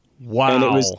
Wow